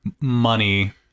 money